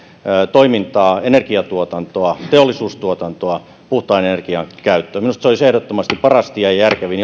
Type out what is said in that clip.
toimintaa energiantuotantoa teollisuustuotantoa puhtaan energian käyttöä minusta se olisi ehdottomasti paras ja ja järkevin